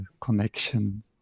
connection